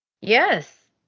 Yes